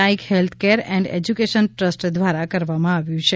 Naik health care and education trust દ્વારા કરવામાં આવ્યું છે